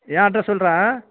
என் address சொல்கிறேன்